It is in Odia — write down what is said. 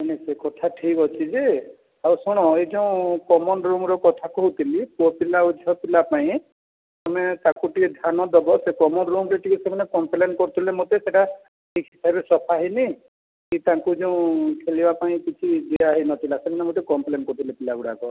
ମାନେ ସେ କଥା ଠିକ୍ଅଛି ଯେ ଆଉ ଶୁଣ ଏ ଯେଉଁ କମନ୍ ରୁମ୍ ର କଥା କହୁଥିଲି ପୁଅପିଲା ଆଉ ଝିଅପିଲା ପାଇଁ ତମେ ତା'କୁ ଟିକିଏ ଧ୍ୟାନ ଦେବ ସେ କମନ୍ ରୁମ୍ରେ ଟିକିଏ ସେମାନେ କମ୍ପଲେନ୍ କରିଥିଲେ ମୋତେ ସେଟା ଠିକ୍ ସଫା ହେଇନି କି ତାଙ୍କୁ ଯୋଉଁ ଖେଳିବାପାଇଁ କିଛି ଦିଆହେଇ ନଥିଲା ସେଦିନ ମୋତେ କମ୍ପଲେନ୍ କରୁଥିଲେ ପିଲାଗୁଡ଼ାକ